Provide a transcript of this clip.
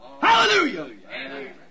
Hallelujah